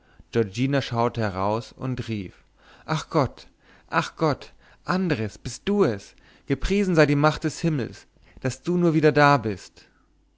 giorgina schaute heraus und rief ach gott ach gott andres bist du es gepriesen sei die macht des himmels daß du nur wieder da bist